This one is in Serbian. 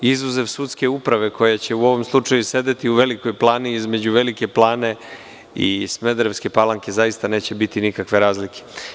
Izuzev sudske uprave koja će u ovom slučaju sedeti u Velikoj Plani, između Velike Plane i Smederevske Palanke zaista neće biti nikakve razlike.